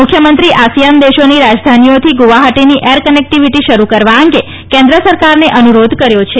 મુખ્યમંત્રી આસીયાન દેશોની રાજધાનીઓથી ગુવાહાટીની એર કનેકટીવીટી શરૂ કરવા અંગે કેન્દ્ર સરકારને અનુરોધ કર્યો છે